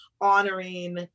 honoring